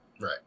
Right